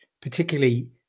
particularly